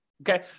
okay